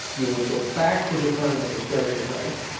you would go back to the time of the stereotypes.